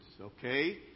Okay